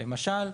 למשל,